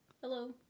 Hello